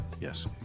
yes